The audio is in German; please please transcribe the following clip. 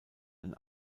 ein